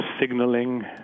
signaling